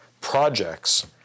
projects